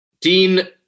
Dean